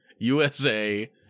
USA